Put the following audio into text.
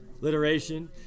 Literation